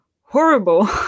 horrible